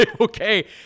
okay